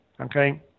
Okay